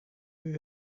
you